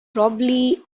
probably